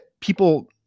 people